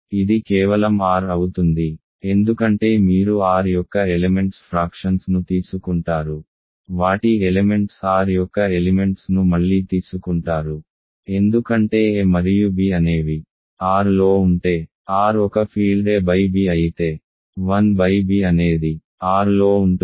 ఇది కేవలం R అవుతుంది ఎందుకంటే మీరు R యొక్క ఎలెమెంట్స్ ఫ్రాక్షన్స్ ను తీసుకుంటారు వాటి ఎలెమెంట్స్ R యొక్క ఎలిమెంట్స్ ను మళ్లీ తీసుకుంటారు ఎందుకంటే A మరియు b అనేవి R లో ఉంటే R ఒక ఫీల్డ్ a b అయితే 1 b అనేది R లో ఉంటుంది